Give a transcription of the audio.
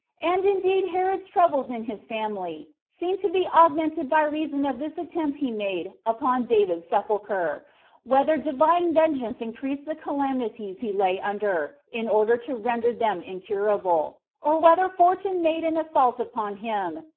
and indeed herod's troubles in his family seemed to be augmented by reason of this attempt he made upon david's sepulcher whether divine vengeance increased the calamities he lay under, in order to render them incurable, or whether fortune made an assault upon him,